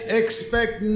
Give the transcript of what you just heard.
expect